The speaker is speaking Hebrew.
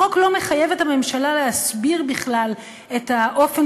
החוק לא מחייב את הממשלה להסביר בכלל את הסיבות,